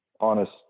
honest